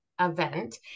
Event